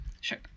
Sure